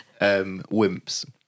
wimps